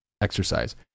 exercise